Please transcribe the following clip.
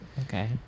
Okay